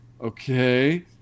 Okay